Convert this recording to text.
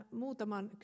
muutaman